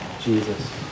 Jesus